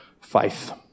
faith